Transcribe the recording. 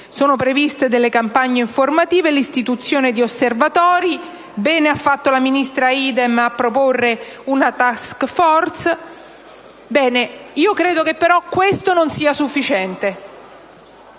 Sono previste campagne informative e l'istituzione di osservatori. Bene ha fatto la ministra Idem a proporre una *task force*, credo che però questo non sia sufficiente.